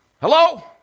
hello